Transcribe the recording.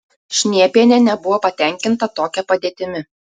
šniepienė nebuvo patenkinta tokia padėtimi